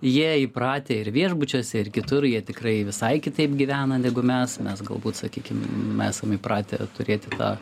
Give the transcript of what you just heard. jie įpratę ir viešbučiuose ir kitur jie tikrai visai kitaip gyvena negu mes mes galbūt sakykim esam įpratę turėti tą